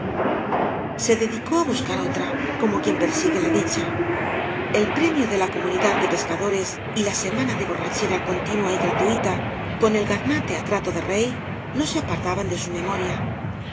se dedicó á buscar otra como quien persigue la dicha el premio de la comunidad de pescadores y la semana de borrachera continua y gratui ta con el gaznate á trato de rey no se apartaban de su memoria